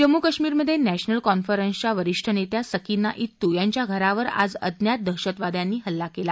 जम्मू काश्मीरमध्ये नॅशनल कॉन्फरन्सचे वरिष्ठ नेत्या सकीना इत्तू यांच्या घरावर आज अज्ञात दहशतवाद्यांनी हल्ला केला